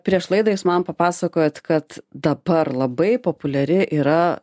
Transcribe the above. prieš laidą jūs man papasakojot kad dabar labai populiari yra